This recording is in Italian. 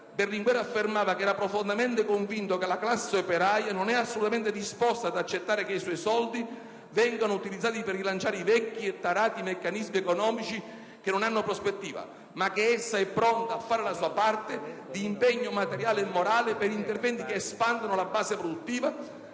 Berlinguer affermava che era profondamente convinto che la classe operaia «non è assolutamente disposta ad accettare che i suoi soldi vengano utilizzati per rilanciare i vecchi e tarati meccanismi economici che non hanno prospettiva; ma che essa è pronta a fare la sua parte di impegno materiale e morale per interventi che espandano la base produttiva,